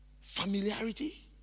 Familiarity